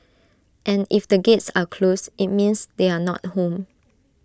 and if the gates are closed IT means they are not home